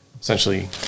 essentially